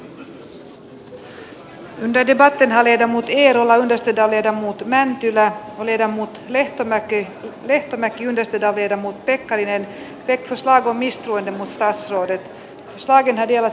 saatuaan valtioneuvoston tiedonannon eduskunta ei hyväksy siinä esitettyä ervvn varainhankinnalle annetun takausajan pidennystä ja toteaa että tästä syystä hallitus ei nauti eduskunnan luottamusta